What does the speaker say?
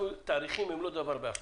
תאריכים הם לא דבר בהפתעה.